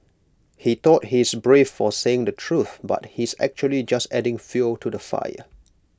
he thought he's brave for saying the truth but he's actually just adding fuel to the fire